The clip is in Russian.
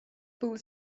было